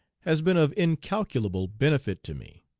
has been of incalculable benefit to me.